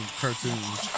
cartoons